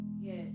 yes